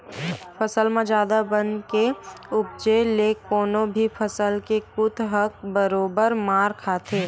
फसल म जादा बन के उपजे ले कोनो भी फसल के कुत ह बरोबर मार खाथे